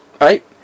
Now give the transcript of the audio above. right